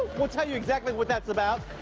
we'll tell you exactly what that's about.